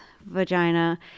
vagina